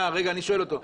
אני שואל אותו.